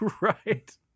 right